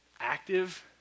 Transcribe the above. active